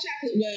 chocolate